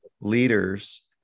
leaders